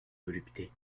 volupté